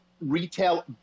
retail